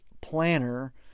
planner